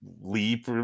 leap